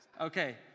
Okay